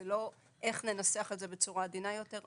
לא לנסח את זה בצורה עדינה יותר.